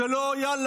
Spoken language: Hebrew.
זה לא יאללה,